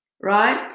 Right